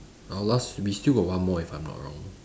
our last we still got one more eh if I'm not wrong